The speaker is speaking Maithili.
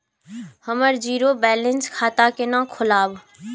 हम जीरो बैलेंस खाता केना खोलाब?